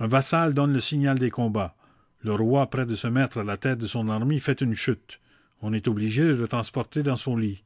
un vassal donne le signal des combats le roi près de se mettre à la tête de son armée fait une chute on est obligé de le transporter dans son lit